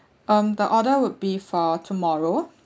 um the order would be for tomorrow